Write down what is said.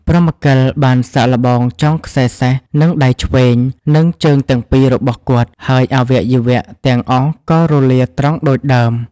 ព្រហ្មកិលបានសាកល្បងចងខ្សែសេះនឹងដៃឆ្វេង និងជើងទាំងពីររបស់គាត់ ហើយអវយវៈទាំងអស់ក៏រលាត្រង់ដូចដើម ។